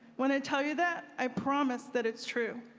when i tell you that, i promise that it's true.